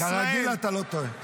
כרגיל, אתה לא טועה.